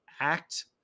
act